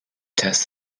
test